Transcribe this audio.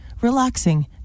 relaxing